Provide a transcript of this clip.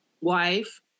wife